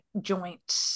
joint